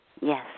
Yes